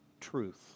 truth